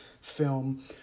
film